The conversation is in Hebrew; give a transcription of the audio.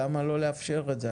למה לא לאפשר את זה?